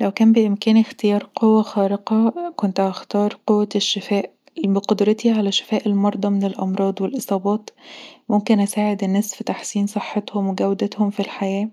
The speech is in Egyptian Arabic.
لو كان بإمكاني اختيار قوه خارقه كنت هختار قوة الشفاء بقدرتي علي شفاء المرضي من الأمراض والإصابات ممكن اساعد الناس في تحسين صحتهم وجودتهم في الحياه،